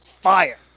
fire